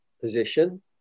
position